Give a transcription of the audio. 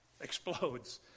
explodes